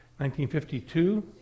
1952